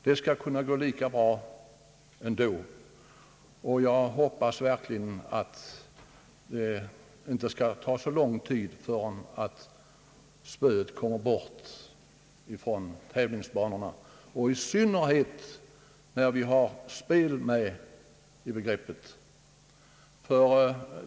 Det skall kunna gå lika bra ändå, och jag hoppas verkligen att det inte skall ta så lång tid förrän spöet kommer bort från tävlingsbanorna, i synnerhet då det förekommer spel i sammanhanget.